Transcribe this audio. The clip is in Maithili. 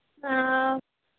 हँ